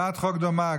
הצעת חוק דומה,